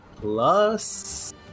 plus